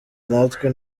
natwe